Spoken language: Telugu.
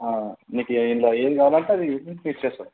నీకు నీకేమి ఏం కావాలంటే అది ఇచ్చేస్తా